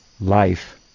life